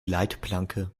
leitplanke